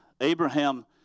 abraham